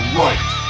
right